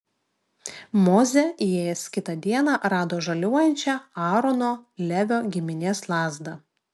mozė įėjęs kitą dieną rado žaliuojančią aarono levio giminės lazdą